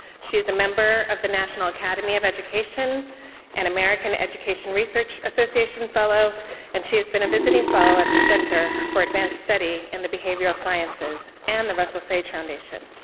she's a member of the national academy of education an american education research association fellow and she has been a visiting fellow at the center for advanced study in the behavioral sciences and the russell sage foundation.